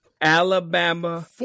Alabama